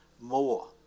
more